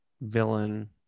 villain